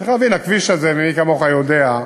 צריך להבין, הכביש הזה, מי כמוך יודע,